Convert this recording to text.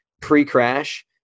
pre-crash